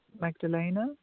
Magdalena